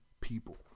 people